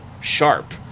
sharp